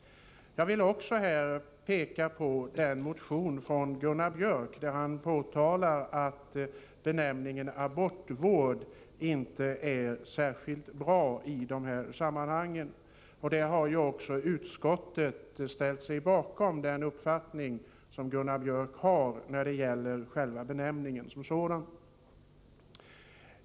Jag vill också peka på den motion av Gunnar Biörck i Värmdö där han framhåller att benämningen abortvård inte är särskilt bra i detta sammanhang. Utskottet har ställt sig bakom Gunnar Biörcks uppfattning om benämningen som sådan.